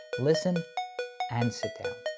listen and sit down.